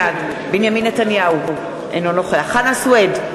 בעד בנימין נתניהו, אינו נוכח חנא סוייד,